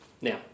Now